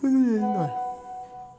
শুধু এই নয়